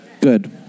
Good